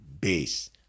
base